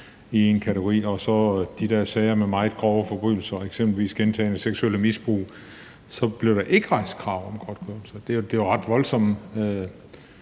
i én kategori. Og så blev der i de der sager med meget grove forbrydelser, eksempelvis gentaget seksuelt misbrug, ikke rejst krav om godtgørelse. Det er jo ret voldsomt.